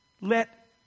Let